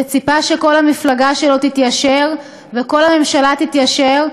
וציפה שכל המפלגה שלו תתיישר וכל הממשלה תתיישר.